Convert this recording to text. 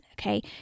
okay